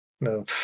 No